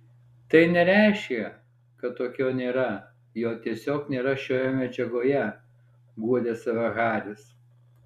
tai nereiškia kad tokio nėra jo tiesiog nėra šioje medžiagoje guodė save haris